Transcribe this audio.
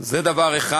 זה דבר אחד.